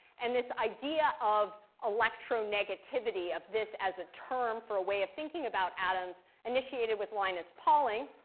and this idea of electronegativity, of this as a term for a way of thinking about atoms initiated with linus pauling.